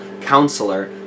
Counselor